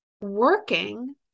working